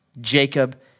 Jacob